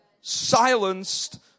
silenced